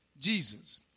jesus